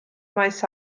maes